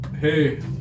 Hey